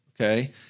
Okay